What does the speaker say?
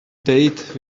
date